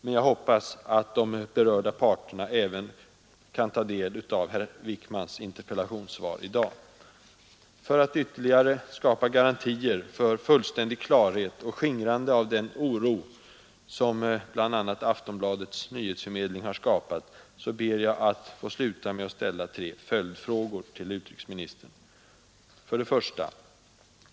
Men jag hoppas att de berörda parterna även kan ta del av herr Wickmans interpellationssvar i dag. För att ytterligare skapa garantier för fullständig klarhet och skingrande av den oro som bl.a. Aftonbladets nyhetsförmedling har förorsakat ber jag att få sluta med att ställa tre följdfrågor till utrikesministern. 1.